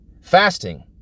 Fasting